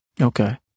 Okay